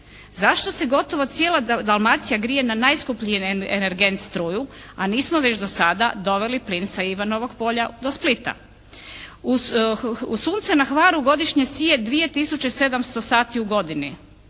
Zašto se gotovo cijela Dalmacija grije na najskuplji energent struju, a nismo već do sada doveli plin sa Ivanovog polja do Splita? Sunce na Hvaru godišnje sije 2 tisuće 700 sati u godini.